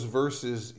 verses